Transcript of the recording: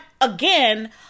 again